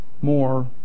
more